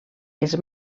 els